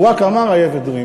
הוא רק אמר I have a dream.